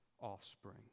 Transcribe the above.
offspring